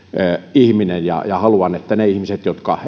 ihminen ja ja haluan että ne ihmiset jotka